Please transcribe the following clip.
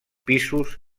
pisos